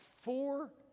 four